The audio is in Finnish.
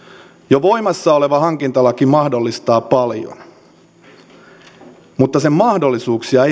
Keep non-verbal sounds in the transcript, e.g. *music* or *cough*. jo voimassa oleva hankintalaki mahdollistaa paljon mutta sen mahdollisuuksia *unintelligible*